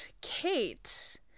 Kate